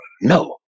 No